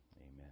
amen